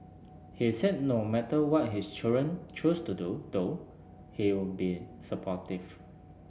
he said no matter what his children choose to do though he'll be supportive